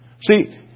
See